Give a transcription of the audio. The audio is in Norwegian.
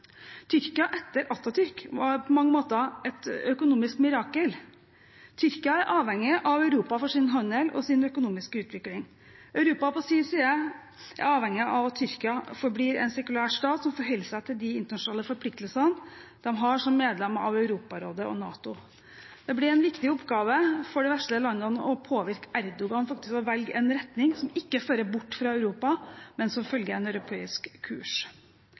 Tyrkia etter Atatürk har på mange måter vært et økonomisk mirakel. Tyrkia er avhengig av Europa for sin handel og sin økonomiske utvikling. Europa på sin side er avhengig av at Tyrkia forblir en sekulær stat som forholder seg til de internasjonale forpliktelsene de har som medlem av Europarådet og NATO. Det blir en viktig oppgave for de vestlige landene å påvirke Erdogan til å velge en retning som ikke fører bort fra Europa, men som følger en europeisk kurs.